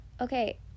Okay